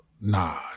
Nah